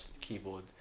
keyboard